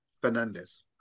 Fernandez